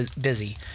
busy